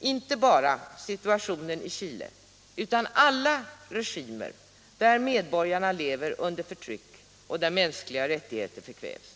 inte bara situationen i Chile utan regimer i alla länder, där medborgarna lever under förtryck och där mänskliga rättigheter förkvävs.